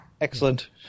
Excellent